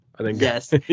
Yes